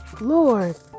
Lord